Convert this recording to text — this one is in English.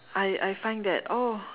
I I find that oh